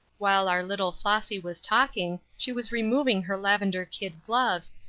while our little flossy was talking, she was removing her lavendar kid gloves,